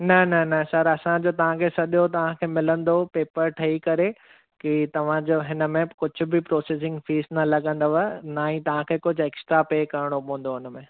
न न न सर असांजो तव्हां खे सॼो तव्हां खे मिलंदो पेपर ठही करे कि तव्हां जो हिन में कुझु बि प्रोसेसिंग फ़ीस न लॻंदव न ही तव्हां खे कुझु एक्सट्रा पे करणो पवंदो हिन में